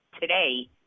today